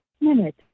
minute